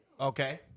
Okay